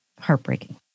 heartbreaking